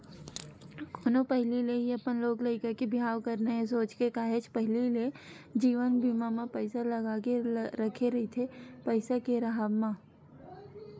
कोनो पहिली ले ही अपन लोग लइका के बिहाव करना हे सोच के काहेच पहिली ले जीवन बीमा म पइसा लगा के रखे रहिथे पइसा के राहब म